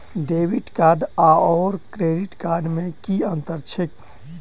Debit card आओर credit card मे की अन्तर छैक?